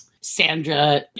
sandra